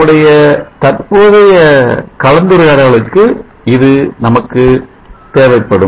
நம்முடைய இப்போதைய கலந்துரையாடலுக்கு இது நமக்கு தேவைப்படும்